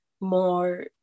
more